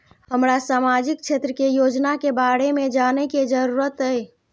हमरा सामाजिक क्षेत्र के योजना के बारे में जानय के जरुरत ये?